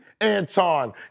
Anton